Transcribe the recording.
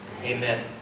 amen